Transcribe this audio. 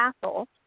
Castle